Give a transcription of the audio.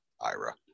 Ira